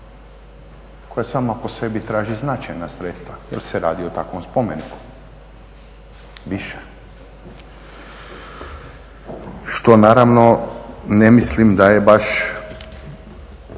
koja sama po sebi traži značajna sredstva jer se radi o takvom spomeniku. Što naravno ne mislim da je baš